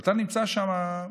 אתה נמצא שם.